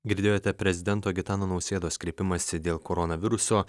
girdėjote prezidento gitano nausėdos kreipimąsi dėl koronaviruso